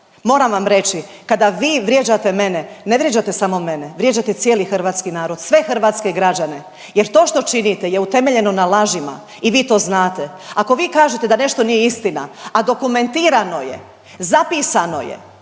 Moram vam reći, kada vi vrijeđate mene ne vrijeđate samo mene, vrijeđate cijeli hrvatski narod, sve hrvatske građane jer to što činite je utemeljeno na lažima i vi to znate. Ako vi kažete da nešto nije istina, a dokumentirano je, zapisano je,